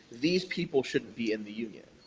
these people shouldn't be in the union.